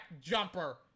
Jumper